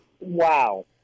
wow